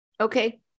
Okay